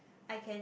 I can